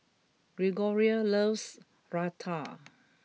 Gregoria loves Raita